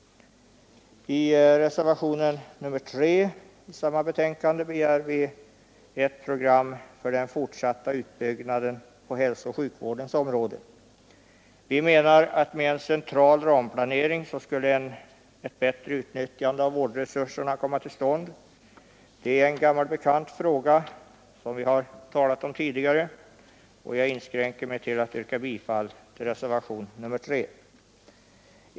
I reservationen 3 i samma betänkande begär vi ett program för den fortsatta utbyggnaden på hälsooch sjukvårdens område. Vi menar att med en central ramplanering skulle ett bättre utnyttjande av vårdresurserna komma till stånd. Det är en gammal bekant fråga, som vi har talat om tidigare, och jag kommer att yrka bifall också till reservationen 3.